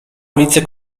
ulicy